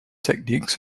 techniques